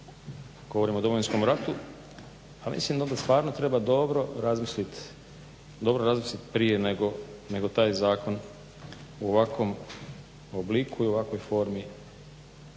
govorim o Domovinskom ratu, pa mislim da onda stvarno treba dobro razmislit prije nego taj zakon u ovakvom obliku i u ovakvoj formi